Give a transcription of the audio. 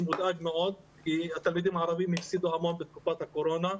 מודאג מאוד כי התלמידים הערבים הפסידו המון בתקופת הקורונה.